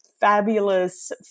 Fabulous